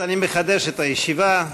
אני מחדש את הישיבה.